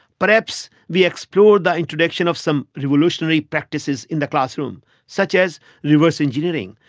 perhaps we explore the introduction of some revolutionary practices in the classroom such as reverse engineering,